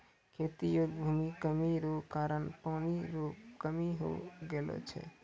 खेती योग्य भूमि कमी रो कारण पानी रो कमी हो गेलौ छै